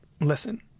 listen